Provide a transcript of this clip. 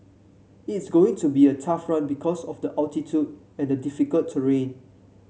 it's going to be a tough run because of the altitude and the difficult terrain